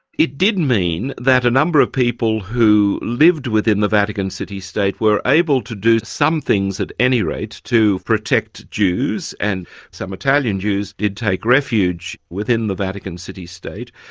it did mean that a number of people who lived within the vatican city state were able to do some things at any rate to protect jews, and some italian jews did take refuge within the vatican city state.